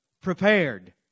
prepared